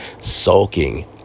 Sulking